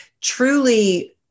truly